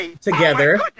together